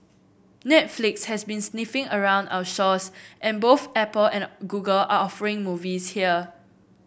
Netflix has been sniffing around our shores and both Apple and Google are offering movies here